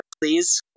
Please